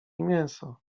mięso